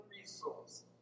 resource